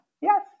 yes